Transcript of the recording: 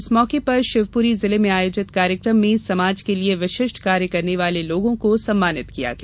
इस मौके पर शिवपुरी जिले में आयोजित कार्यक्रम में समाज के लिए विशिष्ट कार्य करने वाले लोगों को सम्मानित किया गया